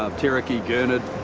um tarakihi, gurnard.